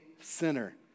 sinner